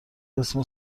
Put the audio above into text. اسم